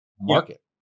market